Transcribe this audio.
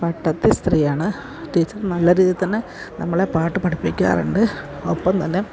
പട്ടത്തി സ്ത്രീയാണ് ടീച്ചർ നല്ല രീതിയിൽ തന്നെ നമ്മളെ പാട്ടു പഠിപ്പിക്കാറുണ്ട് ഒപ്പം തന്നെ